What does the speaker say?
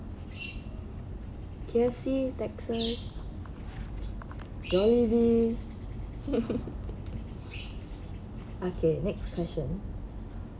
K_F_C texas oily okay next question